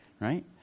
right